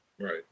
Right